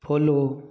follow